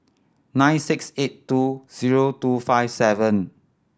nine six eight two zero two five seven